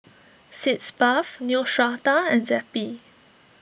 Sitz Bath Neostrata and Zappy